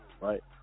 right